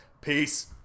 Peace